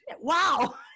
Wow